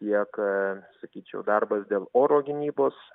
lieka sakyčiau darbas dėl oro gynybos